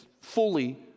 fully